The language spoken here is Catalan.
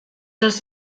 els